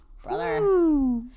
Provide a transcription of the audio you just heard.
Brother